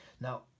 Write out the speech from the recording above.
Now